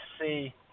see